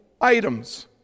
items